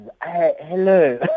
hello